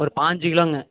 ஒரு பாஞ்சிக் கிலோங்க